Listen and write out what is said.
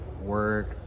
work